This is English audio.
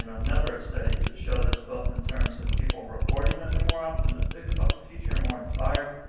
and a number of studies that show this both in terms of people reporting that they're more optimistic about the future, more inspired,